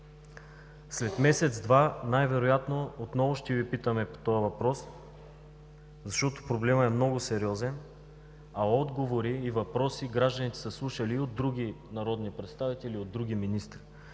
след месец-два, отново ще Ви питаме по този въпрос, защото проблемът е много сериозен, а отговори и въпроси гражданите са слушали и от други народни представители, и от други министри.